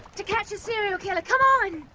to catch a serial killer! come on!